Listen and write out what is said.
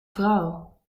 vrouw